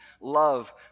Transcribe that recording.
love